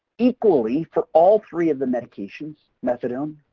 equally for all three of the medications methadone,